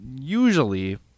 usually